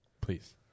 Please